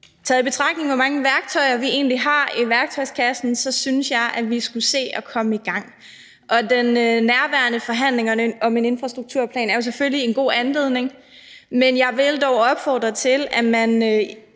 tager i betragtning, hvor mange værktøjer vi egentlig har i værktøjskassen, synes jeg, at vi skulle se at komme i gang. Og den nærværende forhandling om en infrastrukturplan er jo selvfølgelig en god anledning. Men jeg vil dog opfordre til, at man